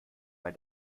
bei